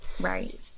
Right